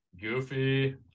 Goofy